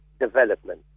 development